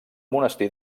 monestir